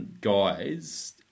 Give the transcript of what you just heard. guys